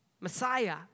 Messiah